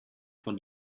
von